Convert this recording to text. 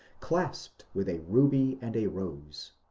clasped with a ruby and a rose.